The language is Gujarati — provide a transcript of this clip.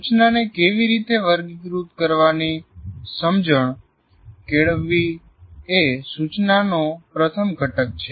સૂચનાને કેવી રીતે વર્ગીકૃત કરવાની સમજણ કેળવવીએ સૂચનાનો પ્રથમ ઘટક છે